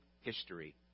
history